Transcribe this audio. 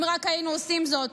אם רק היינו עושים זאת.